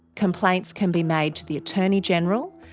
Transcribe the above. complaints can be made to the attorney-general.